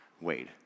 Wade